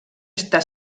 està